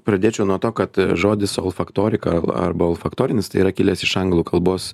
pradėčiau nuo to kad žodis olfaktorika arba olfaktorinis tai yra kilęs iš anglų kalbos